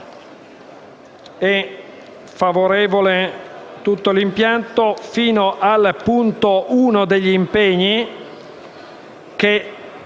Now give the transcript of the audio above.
grazie.